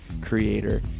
creator